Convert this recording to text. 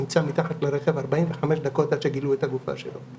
נמצא תחת הרכב 45 דקות עד שגילו את הגופה שלו.